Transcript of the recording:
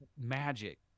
Magic